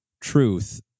truth